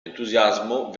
entusiasmo